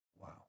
Wow